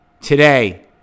today